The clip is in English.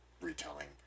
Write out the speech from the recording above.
retelling